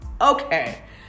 okay